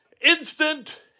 instant